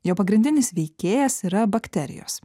jo pagrindinis veikėjas yra bakterijos